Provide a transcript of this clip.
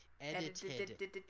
edited